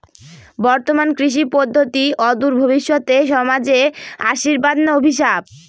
বর্তমান কৃষি পদ্ধতি অদূর ভবিষ্যতে সমাজে আশীর্বাদ না অভিশাপ?